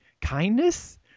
Kindness